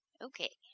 Okay